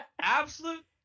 Absolute